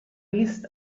vist